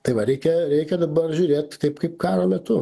tai va reikia reikia dabar žiūrėt taip kaip karo metu